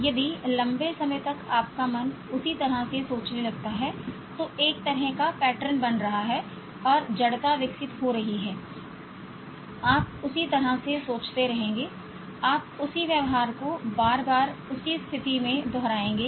यदि लंबे समय तक आपका मन उसी तरह से सोचने लगता है तो एक तरह का पैटर्न बन रहा है और जड़ता विकसित हो रही है आप उसी तरह से सोचते रहेंगे आप उसी व्यवहार को बार बार उसी स्थिति में दोहराएंगे